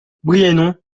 brienon